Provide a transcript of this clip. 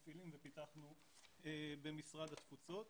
שאנחנו מפעילים ופיתחנו במשרד התפוצות.